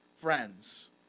friends